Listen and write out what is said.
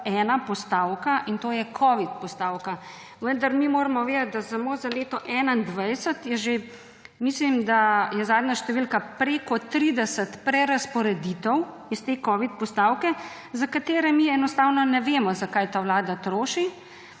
ena postavka, in to je covid postavka. Vendar mi moramo vedeti, da samo za leto 2021 je že, mislim, da je zadnja številka preko 30 prerazporeditev s te covid postavke, za katere mi enostavno ne vemo, za kaj ta vlada troši,